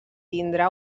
tindre